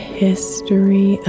history